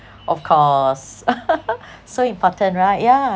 of course so important right yeah